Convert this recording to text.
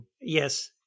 Yes